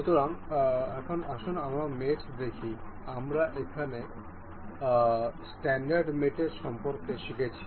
সুতরাং এখন আসুন আমরা মেটস দেখি আমরা এখানে স্ট্যান্ডার্ড মেটের সম্পর্কে শিখেছি